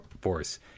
force